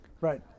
Right